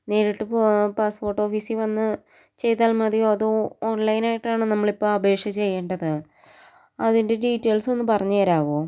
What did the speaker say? നേരിട്ട് പോയി പാസ്പോർട്ട് ഓഫീസിൽ വന്ന് ചെയ്താൽ മതിയോ അതോ ഓൺലൈൻ ആയിട്ടാണ് നമ്മളിപ്പോൾ അപേക്ഷ ചെയ്യേണ്ടത് അതിൻ്റെ ഡീറ്റെയിൽസ് ഒന്ന് പറഞ്ഞ് തരുമോ